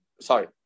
sorry